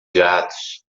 gatos